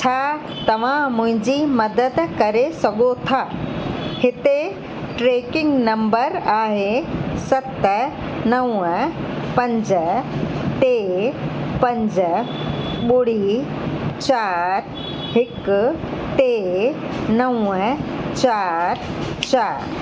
छा तव्हां मुंहिंजी मदद करे सघो था हिते ट्रेकिंग नम्बर आहे सत नवं पंज टे पंज ॿुड़ी चारि हिकु टे नवं चारि चारि